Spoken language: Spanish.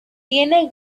tiene